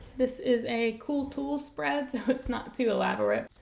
this is a cool tools spread so it's not too elaborate.